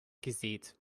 gesät